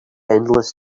endless